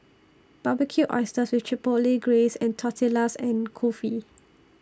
Barbecued Oysters with Chipotle Glaze Tortillas and Kulfi